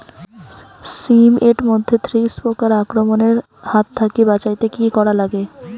শিম এট মধ্যে থ্রিপ্স পোকার আক্রমণের হাত থাকি বাঁচাইতে কি করা লাগে?